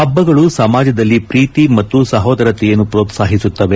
ಹಬ್ಬಗಳು ಸಮಾಜದಲ್ಲಿ ಪ್ರೀತಿ ಮತ್ತು ಸಹೋದರತೆಯನ್ನು ಪ್ರೋತ್ಲಾಹಿಸುತ್ತವೆ